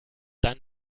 dann